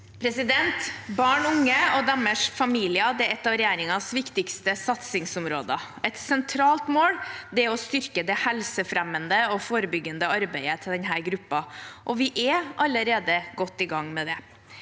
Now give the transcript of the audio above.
Barn og unge og deres familier er et av regjeringens viktigste satsingsområder. Et sentralt mål er å styrke det helsefremmende og forebyggende arbeidet for denne gruppen, og vi er allerede godt i gang med det.